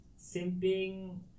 simping